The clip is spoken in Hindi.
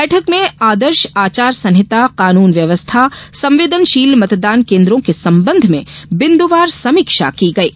बैठक में आदर्श आचार संहिता कानून व्यवस्था संवदेनशील मतदान केन्द्रों के संबंध में बिन्दुवार समीक्षा की गयी